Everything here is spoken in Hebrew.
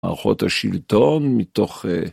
מערכות השלטון מתוך